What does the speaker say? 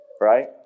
Right